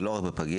ולא רק לפגייה,